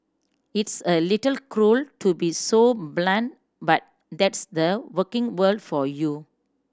it's a little cruel to be so blunt but that's the working world for you